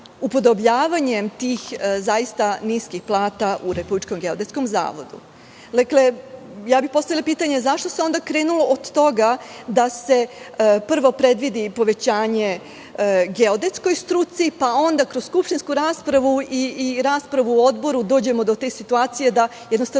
tih zaista niskih plata u Republičkom geodetskom zavodu. Dakle, postavila bih pitanje – zašto se onda krenulo od toga da se prvo predvidi povećanje geodetskoj struci, pa onda kroz skupštinsku raspravu i raspravu na odboru dođemo do te situacije da jednostavno